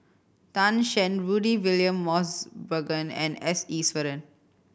Tan Shen Rudy William Mosbergen and S Iswaran